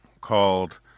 called